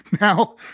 Now